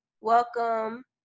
Welcome